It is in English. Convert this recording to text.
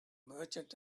merchant